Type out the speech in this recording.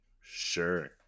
sure